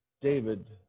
David